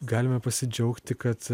galime pasidžiaugti kad